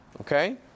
okay